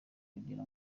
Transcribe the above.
kugira